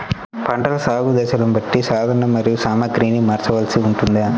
పంటల సాగు దశలను బట్టి సాధనలు మరియు సామాగ్రిని మార్చవలసి ఉంటుందా?